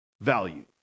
value